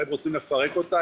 האם רוצים לפרק אותה,